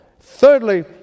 Thirdly